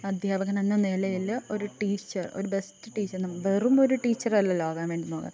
അദ്ധ്യാപകൻ എന്ന നിലയിൽ ഒരു ടീച്ചർ ഒരു ബെസ്റ്റ് ടീച്ചർ വെറുമൊരു ടീച്ചറല്ലല്ലോ ആകാൻ വേണ്ടി നോക്കുക